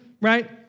right